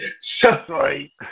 Sorry